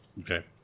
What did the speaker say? Okay